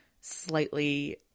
slightly